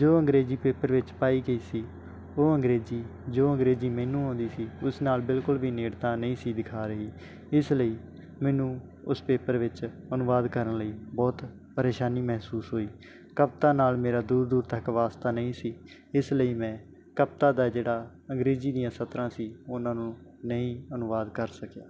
ਜੋ ਅੰਗਰੇਜ਼ੀ ਪੇਪਰ ਵਿੱਚ ਪਾਈ ਗਈ ਸੀ ਉਹ ਅੰਗਰੇਜ਼ੀ ਜੋ ਅੰਗਰੇਜ਼ੀ ਮੈਨੂੰ ਆਉਂਦੀ ਸੀ ਉਸ ਨਾਲ ਬਿਲਕੁਲ ਵੀ ਨੇੜਤਾ ਨਹੀਂ ਸੀ ਦਿਖਾ ਰਹੀ ਇਸ ਲਈ ਮੈਨੂੰ ਉਸ ਪੇਪਰ ਵਿੱਚ ਅਨੁਵਾਦ ਕਰਨ ਲਈ ਬਹੁਤ ਪਰੇਸ਼ਾਨੀ ਮਹਿਸੂਸ ਹੋਈ ਕਵਿਤਾ ਨਾਲ ਮੇਰਾ ਦੂਰ ਦੂਰ ਤੱਕ ਵਾਸਤਾ ਨਹੀਂ ਸੀ ਇਸ ਲਈ ਮੈਂ ਕਵਿਤਾ ਦਾ ਜਿਹੜਾ ਅੰਗਰੇਜ਼ੀ ਦੀਆਂ ਸਤਰਾਂ ਸੀ ਉਹਨਾਂ ਨੂੰ ਨਹੀਂ ਅਨੁਵਾਦ ਕਰ ਸਕਿਆ